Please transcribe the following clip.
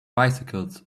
bicycles